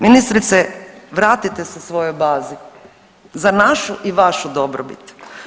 Ministrice vratite se svojoj bazi za našu i vašu dobrobit.